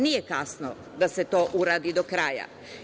Nije kasno da se to uradi do kraja.